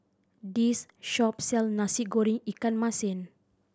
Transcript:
this shop sell Nasi Goreng ikan masin